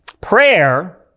Prayer